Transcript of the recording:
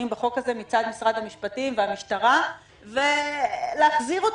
בחוק הזה מצד משרד המשפטים והמשטרה ולהחזיר אותו אם יהיה צורך.